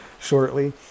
shortly